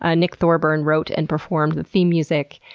ah nick thorburn wrote and performed the theme music.